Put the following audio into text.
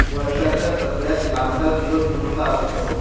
वर्षाच्या सगळ्यात लांबडा दिवस कोणता असतो